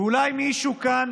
אולי מישהו כאן,